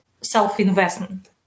self-investment